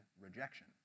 rejection